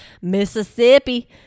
Mississippi